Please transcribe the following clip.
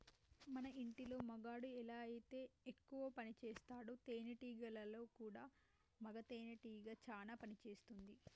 మన ఇంటిలో మగాడు ఎలా అయితే ఎక్కువ పనిసేస్తాడో తేనేటీగలలో కూడా మగ తేనెటీగ చానా పని చేస్తుంది